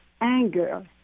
anger